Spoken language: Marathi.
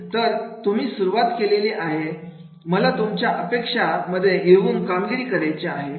तर तुम्ही सुरुवात केलेली आहे मला तुमच्या अपेक्षा मध्ये येऊन कामगिरी करायचे आहे